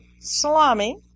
salami